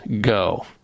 go